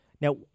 Now